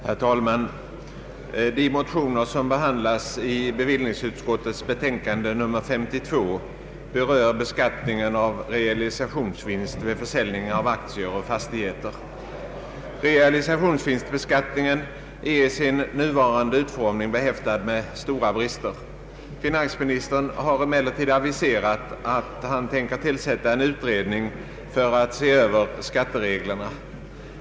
Herr talman! De motioner som behandlas i bevillningsutskottets betänkande nr 52 berör beskattningen av realisationsvinst vid försäljning av aktier och fastigheter. Realisationsvinstbeskattningen är i sin nuvarande utformning behäftad med stora brister. Finansministern har emellertid aviserat att han tänker tillsätta en utredning för att se över skattereglerna.